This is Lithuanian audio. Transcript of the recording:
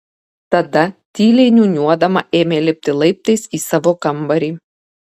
tada tyliai niūniuodama ėmė lipti laiptais į savo kambarį